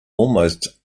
almost